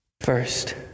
First